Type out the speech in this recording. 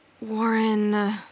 Warren